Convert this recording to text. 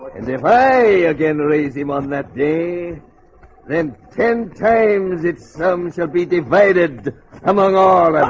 and if i again raise him on that day then ten times its some shall be divided among. all